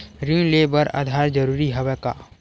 ऋण ले बर आधार जरूरी हवय का?